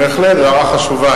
בהחלט שאלה חשובה.